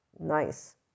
Nice